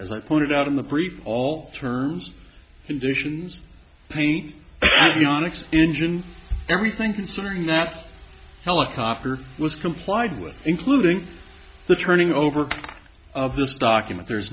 as i pointed out in the brief all terms conditions yonex engine everything concerning that helicopter was complied with including the turning over of this document there's